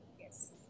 Yes